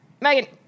Megan